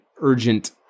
urgent